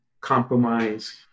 compromise